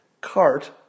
cart